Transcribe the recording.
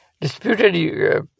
disputed